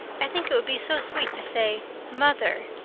i think it would be so sweet to say mother,